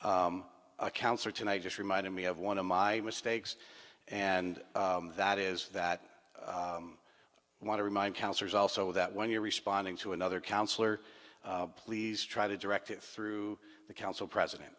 accounts for tonight just reminded me of one of my mistakes and that is that i want to remind counselors also that when you're responding to another counselor please try to direct it through the council president